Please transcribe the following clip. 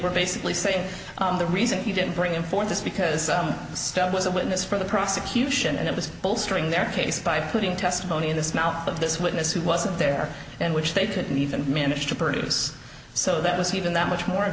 were basically saying the reason he didn't bring in for this because stuff was a witness for the prosecution and it was bolstering their case by putting testimony in this mouth of this witness who wasn't there and which they couldn't even manage to purchase so that was even that much more